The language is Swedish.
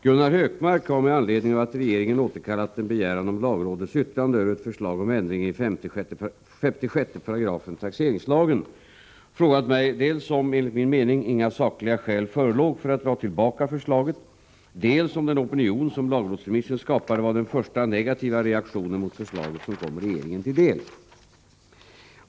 Herr talman! Gunnar Hökmark har med anledning av att regeringen återkallat en begäran om lagrådets yttrande över ett förslag om ändring i 56 § taxeringslagen frågat mig dels om, enligt min mening, inga sakliga skäl förelåg för att dra tillbaka förslaget, dels om den opinion som lagrådsremissen skapade var den första negativa reaktionen mot förslaget som kom regeringen till del.